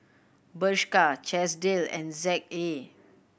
Bershka Chesdale and Z A